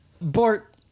Bort